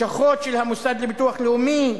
לשכות של המוסד לביטוח לאומי,